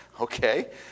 Okay